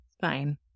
Fine